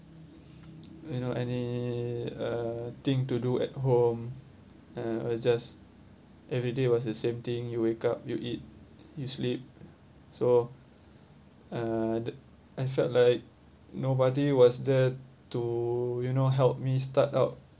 you know any uh thing to do at home uh I will just everyday was the same thing you wake up you eat you sleep so uh that I felt like nobody was there to you know help me start out